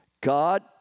God